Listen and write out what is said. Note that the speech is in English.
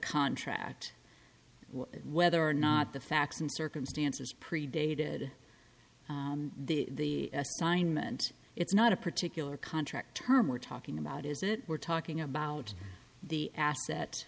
contract whether or not the facts and circumstances predated the assignment it's not a particular contract term we're talking about is it we're talking about the asset